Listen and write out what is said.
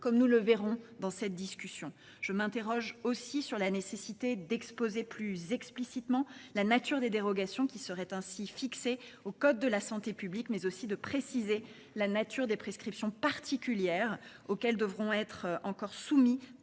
comme nous le verrons dans cette discussion. Je m'interroge aussi sur la nécessité d'exposer plus explicitement la nature des dérogations qui seraient ainsi fixées aux codes de la santé publique mais aussi de préciser la nature des prescriptions particulières auxquelles devront être encore soumis